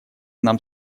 нам